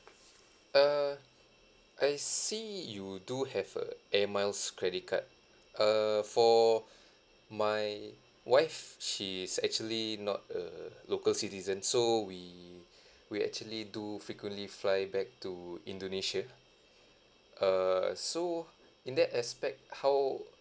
err I see you do have a air miles credit card err for my wife she is actually not a local citizen so we we actually do frequently fly back to indonesia err so in that aspect how